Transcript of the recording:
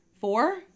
Four